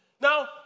Now